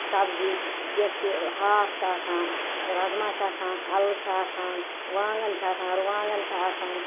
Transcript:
سبزی یُس تہِ ہاکھ چھُ آسان رَزما چھِ آسان اَلہٕ چھِ آسان وانٛگَن چھِ آسان رُوانٛگَن چھِ آسان